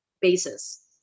basis